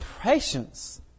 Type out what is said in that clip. patience